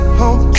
home